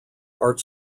art